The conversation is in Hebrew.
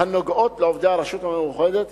הנוגעות לעובדי הרשות המאוחדת